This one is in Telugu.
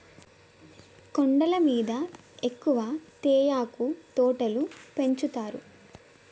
కొండల మీద ఎక్కువ తేయాకు తోటలు పెంచుతారు